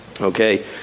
okay